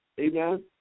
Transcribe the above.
Amen